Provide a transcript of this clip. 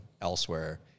elsewhere